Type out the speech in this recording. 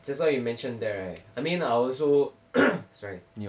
just now you mentioned that right I mean I sorry